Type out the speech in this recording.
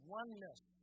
oneness